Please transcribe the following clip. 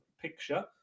picture